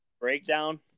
Breakdown